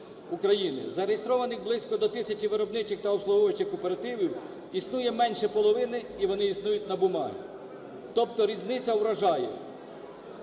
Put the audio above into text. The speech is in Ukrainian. Зареєстрованих близько до тисячі виробничих та обслуговуючих кооперативів існує менше половини, і вони існують на бумазі, тобто різниця вражає.